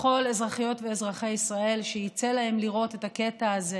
לכל אזרחיות ואזרחי ישראל שיצא להם לראות את הקטע הזה